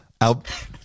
Out